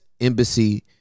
embassy